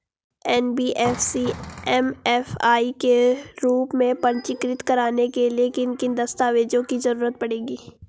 NBFC MFI के रूप में पंजीकृत कराने के लिए किन किन दस्तावेजों की जरूरत पड़ेगी?